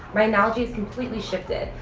my analogy has completely shifted.